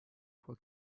for